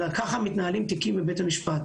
אלא ככה מתנהלים תיקים בבית המשפט.